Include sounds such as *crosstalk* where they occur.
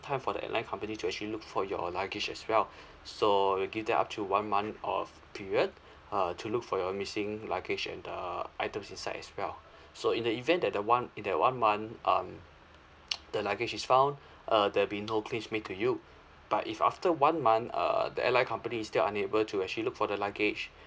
time for the airline company to actually look for your luggage as well so we'll give them up to one month of period uh to look for your missing luggage and the items inside as well so in the event that the one that one month um *noise* the luggage is found uh there'll be no claims made to you but if after one month err the airline company is still unable to actually look for the luggage